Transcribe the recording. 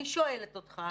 אני שואלת אותך,